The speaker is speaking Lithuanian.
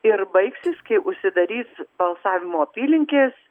ir baigsis kai užsidarys balsavimo apylinkės